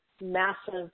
massive